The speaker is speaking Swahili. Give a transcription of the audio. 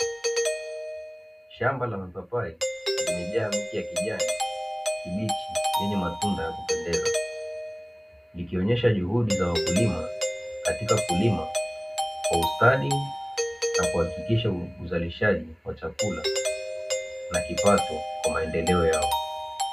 Shamba la mapapai limejaa miti ya kijani kibichi yenye matunda ya kupendeza, likionesha juhudi za wakulima katika kulima kwa ustadi na kuhakikisha uzalishaji wa chakula na kipato kwa maendeleo yao.